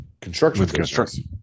construction